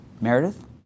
Meredith